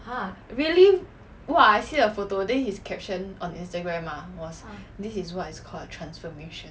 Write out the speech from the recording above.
really !wah! I see the photo then his caption on instagram mah was this is what it's called a transformation